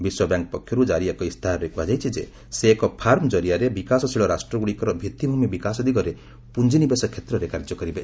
ବିଶ୍ୱବ୍ୟାଙ୍କ ପକ୍ଷରୁ ଜାରୀ ଏକ ଇସ୍ତାହାରରେ କୁହାଯାଇଛି ଯେ ସେ ଏକ ଫାର୍ମ ଜରିଆରେ ବିକାଶଶୀଳ ରାଷ୍ଟ୍ରଗୁଡ଼ିକର ଭିଭିଭ୍ ମି ବିକାଶ ଦିଗରେ ପୁଞ୍ଜ ନିବେଶ କ୍ଷେତ୍ରରେ କାର୍ଯ୍ୟ କରିବେ